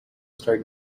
start